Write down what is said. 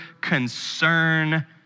concern